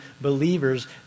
believers